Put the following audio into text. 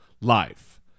life